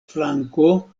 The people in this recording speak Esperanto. flanko